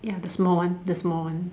ya the small one the small one